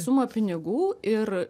sumą pinigų ir